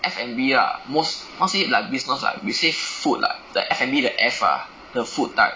F&B ah most not say like business ah we say food like like F&B the F ah the food